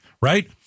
right